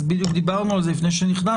אז בדיוק דיברנו על זה לפני שנכנסת,